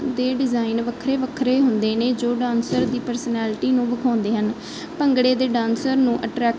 ਦੇ ਡਿਜ਼ਾਇਨ ਵੱਖਰੇ ਵੱਖਰੇ ਹੁੰਦੇ ਨੇ ਜੋ ਡਾਂਸਰ ਦੀ ਪਰਸਨੈਲਿਟੀ ਨੂੰ ਵਿਖਾਉਂਦੇ ਹਨ ਭੰਗੜੇ ਦੇ ਡਾਂਸਰ ਨੂੰ ਅਟਰੈਕਟਿਵ